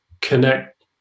connect